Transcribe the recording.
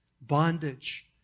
bondage